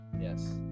yes